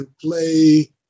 play